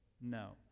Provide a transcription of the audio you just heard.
No